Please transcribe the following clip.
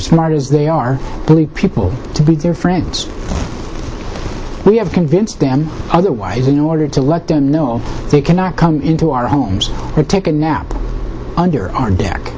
smart as they are bully people to be their friends we have to convince them otherwise in order to let them know they cannot come into our homes or take a nap under our d